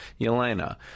Yelena